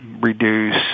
reduce